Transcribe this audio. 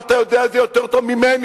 ואתה יודע את זה יותר טוב ממני,